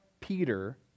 Peter